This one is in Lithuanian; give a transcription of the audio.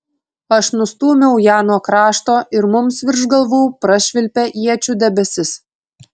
aš nustūmiau ją nuo krašto ir mums virš galvų prašvilpė iečių debesis